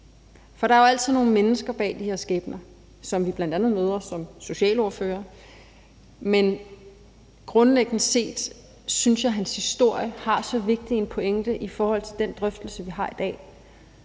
for der er jo altid nogle mennesker bag de her skæbner, som vi bl.a. møder som socialordførere, men grundlæggende set synes jeg, hans historie rummer så vigtige pointer i forhold til den drøftelse vi har i dag,